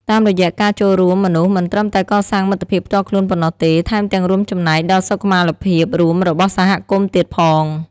តាមរយៈការចូលរួម មនុស្សមិនត្រឹមតែកសាងមិត្តភាពផ្ទាល់ខ្លួនប៉ុណ្ណោះទេ ថែមទាំងរួមចំណែកដល់សុខុមាលភាពរួមរបស់សហគមន៍ទៀតផង។